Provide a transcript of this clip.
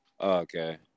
Okay